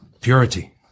Purity